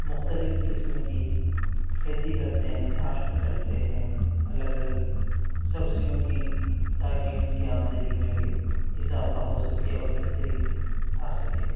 مختلف قسم کی کھیتی کرتے ہیں کاشت کرتے ہیں الگ الگ سبزیوں کی تاکہ ان کی آمدنی میں بھی اضافہ ہو سکے اور بہتری آ سکے